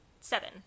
seven